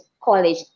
college